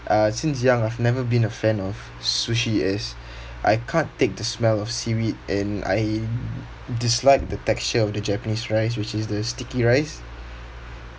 uh since young I've never been a fan of sushi as I can't take the smell of seaweed and I dislike the texture of the japanese rice which is the sticky rice